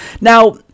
now